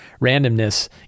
randomness